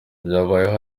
byabayeho